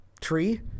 tree